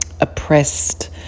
oppressed